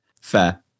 Fair